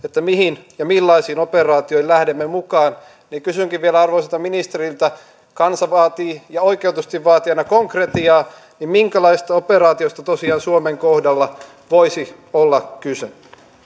mihin ja millaisiin operaatioihin lähdemme mukaan kysynkin vielä arvoisalta ministeriltä kansa vaatii ja oikeutetusti vaatii aina konkretiaa minkälaisista operaatioista tosiaan suomen kohdalla voisi olla kyse